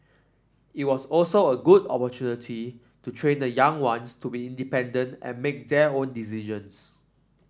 it was also a good opportunity to train the young ones to be independent and make their own decisions